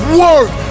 work